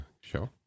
show